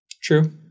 True